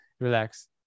relax